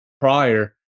prior